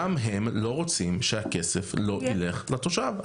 גם הם לא רוצים שהכסף לא יילך לתושב.